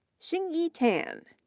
xinyi tan,